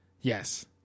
yes